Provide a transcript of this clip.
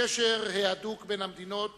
הקשר ההדוק בין המדינות